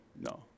no